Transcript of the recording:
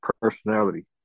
personality